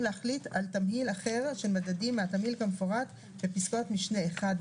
להחליט על תמהיל אחר של מדדים מהתמהיל כמפורט בפסקאות משנה (1)